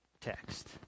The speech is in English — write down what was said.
text